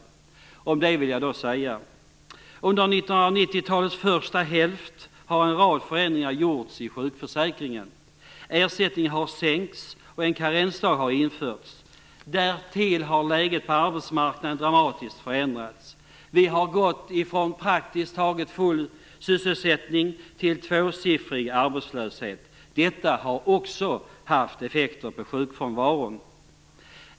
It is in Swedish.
Låt mig säga något om detta. Under 1990-talets första hälft har en rad förändringar gjorts i sjukförsäkringen. Ersättningen har sänkts och en karensdag har införts. Därtill har läget på arbetsmarknaden dramatiskt förändrats. Vi har gått från praktiskt taget full sysselsättning till tvåsiffrig arbetslöshet. Detta har också fått effekter för sjukfrånvaron.